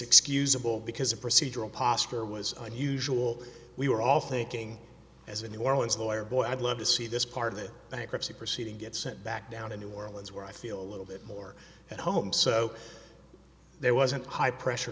excusable because a procedural posture was unusual we were all thinking as a new orleans lawyer boy i'd love to see this part of the bankruptcy proceeding get sent back down to new orleans where i feel a little bit more at home so there wasn't high pressure